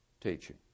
teaching